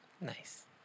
Nice